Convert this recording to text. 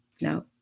no